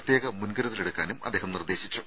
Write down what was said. പ്രത്യേക മുൻകരുതലെടുക്കാനും അദ്ദേഹം നിർദ്ദേശിച്ചു